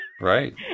Right